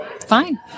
fine